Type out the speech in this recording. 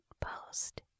post